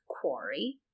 quarry